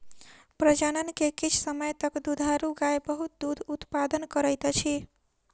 प्रजनन के किछ समय तक दुधारू गाय बहुत दूध उतपादन करैत अछि